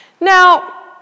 Now